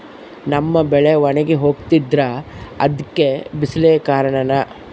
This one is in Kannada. ನಮ್ಮ ಬೆಳೆ ಒಣಗಿ ಹೋಗ್ತಿದ್ರ ಅದ್ಕೆ ಬಿಸಿಲೆ ಕಾರಣನ?